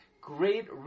Great